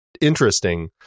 interesting